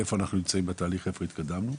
איפה אנחנו נמצאים בתהליך, לאן התקדמנו.